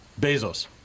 Bezos